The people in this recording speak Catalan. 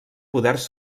poders